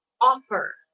offer